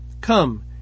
Come